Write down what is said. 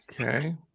Okay